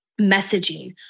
messaging